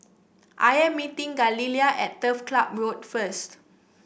I am meeting Galilea at Turf Ciub Road first